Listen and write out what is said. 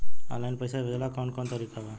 Online पइसा भेजेला कवन कवन तरीका बा?